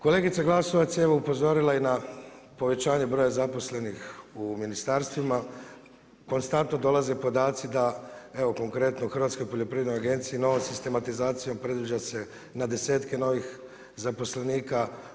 Kolegica Glasovac je evo upozorila na povećanje broja zaposlenih u ministarstvima, konstantno dolaze podaci, da evo konkretno Hrvatskoj poljoprivrednoj agenciji, novac i sistematizacijom predviđa se na 10-tke novih zaposlenika.